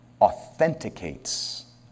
authenticates